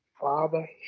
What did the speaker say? Father